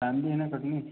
छानवी है ना कटनी